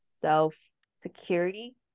self-security